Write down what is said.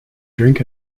drink